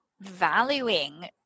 valuing